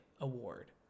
award